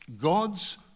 God's